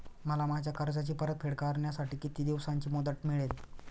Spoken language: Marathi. मला माझ्या कर्जाची परतफेड करण्यासाठी किती दिवसांची मुदत मिळेल?